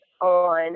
on